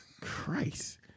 Christ